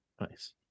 Nice